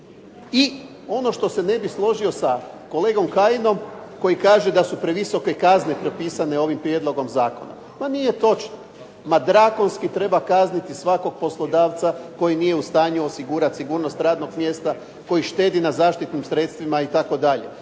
I ono što se ne bih složio sa kolegom Kajinom koji kaže da su previsoke kazne propisane ovim prijedlogom zakona. Ma nije točno. Ma drakonski treba kazniti svakog poslodavca koji nije u stanju osigurati sigurnost radnog mjesta koji štedi na zaštitnim sredstvima itd.